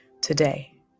Today